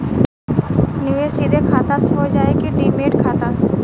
निवेश सीधे खाता से होजाई कि डिमेट खाता से?